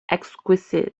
exquisite